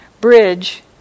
bridge